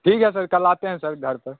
ठीक है सर कल आते हैं सर घर पर